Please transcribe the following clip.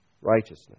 righteousness